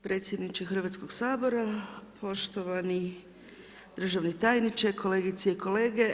Predsjedniče Hrvatskog sabora, poštovani državni tajniče, kolegice i kolege.